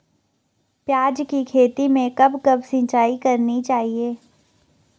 प्याज़ की खेती में कब कब सिंचाई करनी चाहिये?